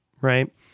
right